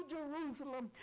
Jerusalem